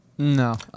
No